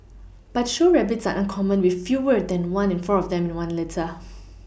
but show rabbits are uncommon with fewer than one in four of them in one litter